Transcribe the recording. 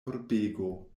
urbego